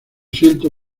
siento